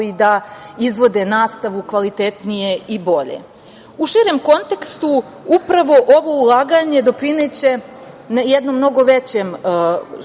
i da izvode nastavu kvalitetnije i bolje.U širem kontekstu, upravo ovo ulaganje doprineće jednom mnogo većem